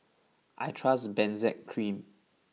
I trust Benzac Cream